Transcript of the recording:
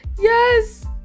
Yes